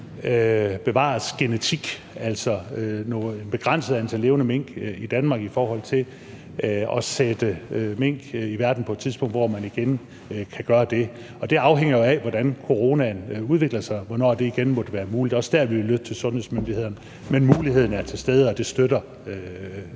materiale, altså et begrænset antal levende mink i Danmark, for på et tidspunkt at kunne sætte mink i verden, når man igen kan gøre det. Det afhænger jo af, hvordan coronaen udvikler sig, hvornår det igen måtte være muligt. Det er jo også der, vi vil lytte til sundhedsmyndighederne. Men muligheden er til stede, og det støtter